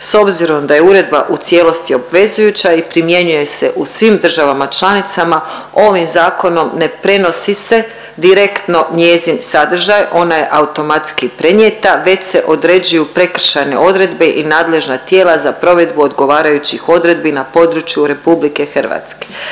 S obzirom da je uredba u cijelosti obvezujuća i primjenjuje se u svim državama članicama, ovim zakonom ne prenosi se direktno njezin sadržaj, ona je automatski prenijeta već se određuju prekršajne odredbe i nadležna tijela za provedbu odgovarajućih odredbi na području RH.